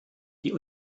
die